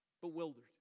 bewildered